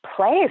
place